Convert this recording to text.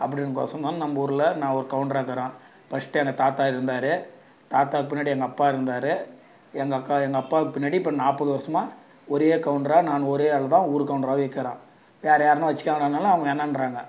அப்டிங்கிறதுக்கொசரம் தான் நம்ம ஊரில் நான் ஒரு கவுண்டராக்கிறேன் ஃபஸ்ட் எங்கள் தாத்தா இருந்தார் தாத்தாக்கு பின்னாடி எங்கள் அப்பா இருந்தார் எங்கள் அப்பா எங்கள் அப்பாவுக்கு பின்னாடி இப்போ நாற்பது வருஷமாக ஒரே கவுண்டராக நான் ஒரே ஆளுதான் ஊர் கவுண்டராகவே இருக்குறேன் வேற யாரானா வச்சுக்கோங்கடானாலும் அவங்க வேணாம்ன்றாங்க